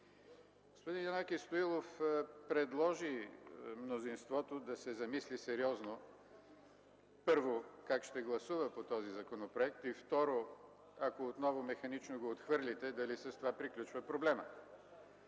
Господин Янаки Стоилов предложи мнозинството да се замисли сериозно първо, как ще гласува по този законопроект и, второ, ако отново механично го отхвърлите, дали с това приключва проблемът?!